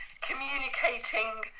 communicating